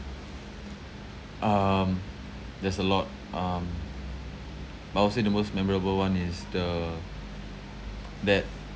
um there's a lot um but I would say the most memorable one is the that